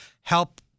help